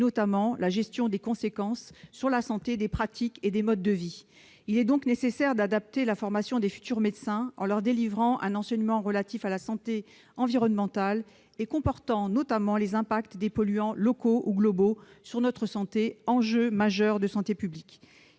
notamment la gestion des conséquences sur la santé des pratiques et des modes de vie, attendent les professionnels de santé. Il est donc nécessaire d'adapter la formation des futurs médecins, en leur délivrant un enseignement relatif à la santé environnementale et portant, notamment, sur les effets des polluants locaux ou globaux sur notre santé ; c'est un enjeu majeur de santé publique.